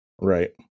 Right